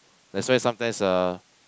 that's why sometimes uh